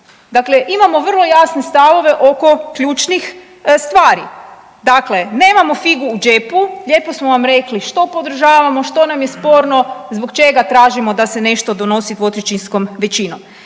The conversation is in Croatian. Dakle, imamo vrlo jasne stavove oko ključnih stvari. Dakle, nemamo figu u džepu. Lijepo smo vam rekli što podržavamo, što nam je sporno, zbog čega tražimo da se nešto donosi 2/3 većinom.